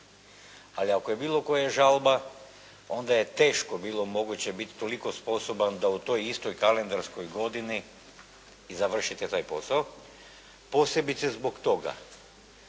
ali ako je bilo koja žalba onda je teško bilo moguće biti toliko sposoban da u toj istoj kalendarskoj godini i završite taj posao posebice zbog toga